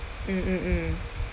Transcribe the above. mm mm mm